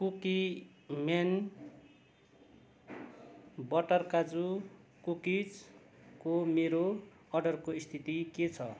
कुकी man butter काजु कुकिजको मेरो अर्डरको स्थिति के छ